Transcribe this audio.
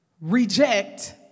reject